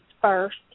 first